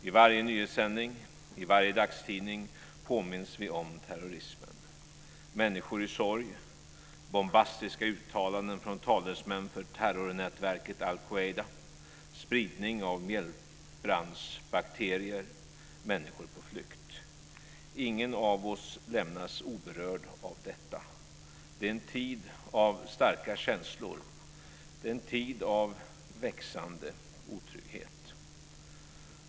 I varje nyhetssändning, i varje dagstidning påminns vi om terrorismen: människor i sorg, bombastiska uttalanden från talesmän för terrornätverket al Quaida, spridning av mjältbrandsbakterier och människor på flykt. Ingen av oss lämnas oberörd av detta. Det är en tid av starka känslor, en tid av växande otrygghet.